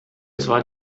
zwar